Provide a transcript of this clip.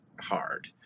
hard